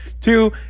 Two